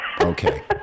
okay